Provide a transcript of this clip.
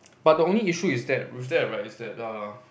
but the only issue is that with that right is that uh